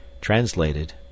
translated